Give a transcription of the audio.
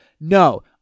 No